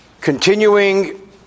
Continuing